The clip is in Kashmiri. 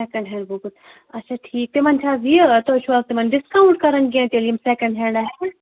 سٮ۪کَنٛڈ ہینڈ بُکٕس اچھا ٹھیٖک تِمَن چھِ حظ یہِ تُہۍ چھُو حظ تِمَن ڈِسکاونٛٹ کران کیٚنٛہہ تیٚلہِ یِم سٮ۪کنٛڈ ہینٛڈ آسَن